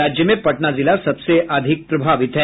राज्य में पटना जिला सबसे अधिक प्रभावित है